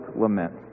lament